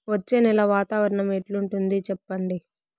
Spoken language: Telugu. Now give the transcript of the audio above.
వచ్చే నెల వాతావరణం ఎట్లుంటుంది చెప్పండి?